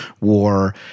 war